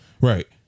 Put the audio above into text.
Right